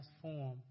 transform